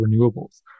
renewables